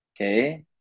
Okay